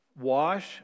Wash